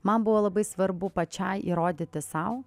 man buvo labai svarbu pačiai įrodyti sau